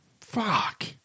fuck